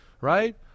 right